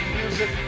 music